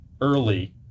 early